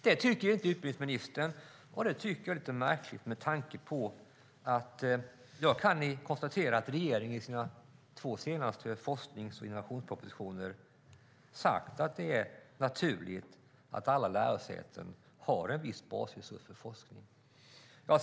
Det tycker inte utbildningsministern, och det tycker jag är märkligt med tanke på att jag kan konstatera att regeringen i sina två senaste forsknings och innovationspropositioner angett att det är naturligt att alla lärosäten har en viss basresurs för forskning.